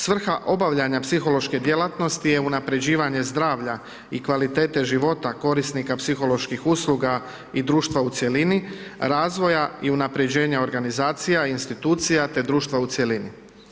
Svrha obavljanja psihološke djelatnosti je unapređivanje zdravlja i kvalitete života korisnika psiholoških usluga i društva u cjelini, razvoja i unapređenja organizacija, institucija te društva u cjelini.